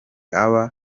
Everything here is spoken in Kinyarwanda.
aba